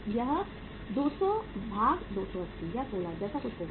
यह 200280 16 जैसा कुछ होगा